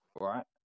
right